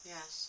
Yes